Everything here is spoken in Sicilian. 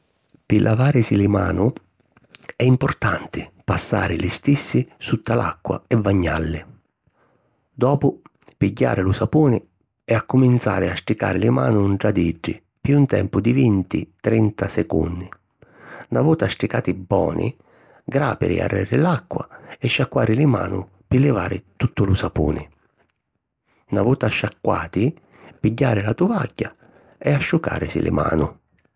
Pi lavàrisi li manu è importanti passari li stissi sutta l’acqua e vagnalli. Dopu, pigghiari lu sapuni e accuminzari a stricari li manu ntra d’iddi pi un tempu di vinti - trenta secunni. Na vota stricati boni, gràpiri arreri l’acqua e sciacquari li manu pi livari tuttu lu sapuni. Na vota sciacquati, pigghiari la tuvagghia e asciucàrisi li manu.